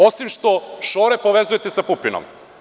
Osim što šore povezujete sa Pupinom.